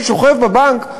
ששוכב בבנק,